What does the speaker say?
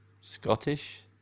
Scottish